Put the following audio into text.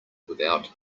without